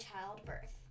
childbirth